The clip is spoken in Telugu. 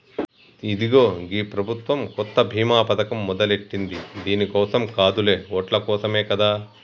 ఇదిగో గీ ప్రభుత్వం కొత్త బీమా పథకం మొదలెట్టింది దీని కోసం కాదులే ఓట్ల కోసమే కదా